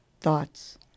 thoughts